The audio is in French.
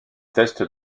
test